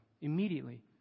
immediately